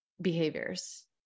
behaviors